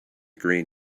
green